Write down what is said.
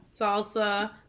Salsa